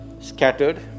scattered